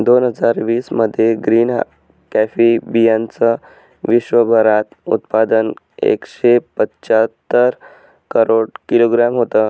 दोन हजार वीस मध्ये ग्रीन कॉफी बीयांचं विश्वभरात उत्पादन एकशे पंच्याहत्तर करोड किलोग्रॅम होतं